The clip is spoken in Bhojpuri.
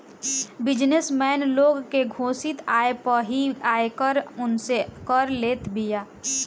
बिजनेस मैन लोग के घोषित आय पअ ही आयकर उनसे कर लेत बिया